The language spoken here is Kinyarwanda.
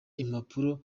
impapuro